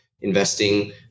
investing